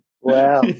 Wow